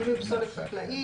פינוי פסולת חקלאית,